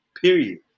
Period